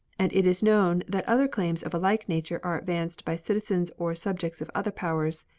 and it is known that other claims of a like nature are advanced by citizens or subjects of other powers.